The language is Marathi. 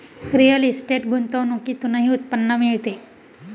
रिअल इस्टेट गुंतवणुकीतूनही उत्पन्न मिळते